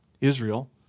Israel